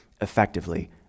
effectively